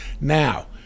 Now